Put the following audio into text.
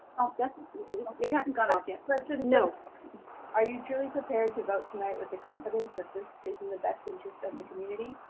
it hasn't gone off yet. but you know are you truly prepared to vote tonight with the confidence that this is in the best interest of the community?